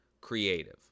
creative